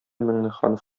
миңнеханов